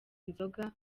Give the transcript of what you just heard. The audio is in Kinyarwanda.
nzoga